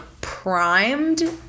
primed